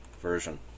version